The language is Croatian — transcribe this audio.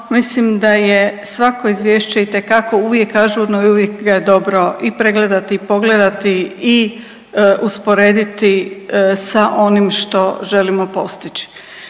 mislim da je svako izvješće itekako uvijek ažurno i uvijek ga je dobro i pregledati i pogledati i usporediti sa onim što želimo postići.